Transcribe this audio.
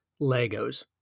legos